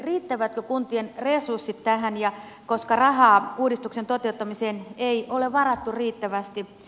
riittävätkö kuntien resurssit tähän kun rahaa uudistuksen toteuttamiseen ei ole varattu riittävästi